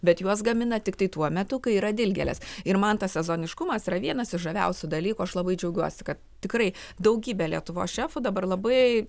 bet juos gamina tiktai tuo metu kai yra dilgėlės ir man tas sezoniškumas yra vienas iš žaviausių dalykų aš labai džiaugiuosi kad tikrai daugybė lietuvos šefų dabar labai